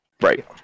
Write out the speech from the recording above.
right